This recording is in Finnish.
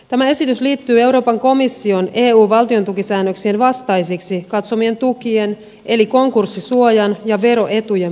tämä esitys liittyy euroopan komission eu valtiontukisäännöksien vastaisiksi katsomien tukien eli konkurssisuojan ja veroetujen poistamiseen